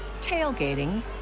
tailgating